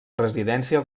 residència